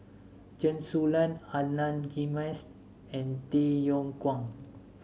Chen Su Lan Adan Jimenez and Tay Yong Kwang